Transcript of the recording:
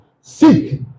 Seek